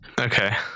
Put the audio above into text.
Okay